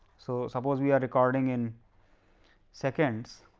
so suppose we are according in seconds,